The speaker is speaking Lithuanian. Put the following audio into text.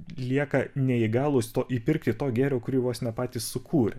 lieka neįgalūs to įpirkti to gėrio kurį vos ne patys sukūrė